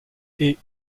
est